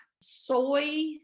soy